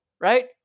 right